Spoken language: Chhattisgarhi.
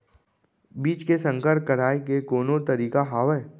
बीज के संकर कराय के कोनो तरीका हावय?